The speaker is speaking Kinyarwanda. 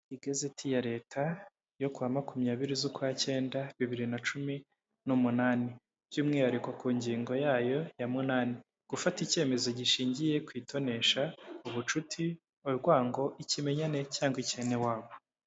Igazeti ya leta yo ku makumyabiri z'ukwacyenda bibiri na cumi n'umunani, by'umwihariko ku ngingo yayo ya munani, gufata icyemezo gishingiye ku itonesha, ubucuti, urwango, ikimenyane cyangwa icyenewabo.